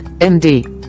md